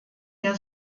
der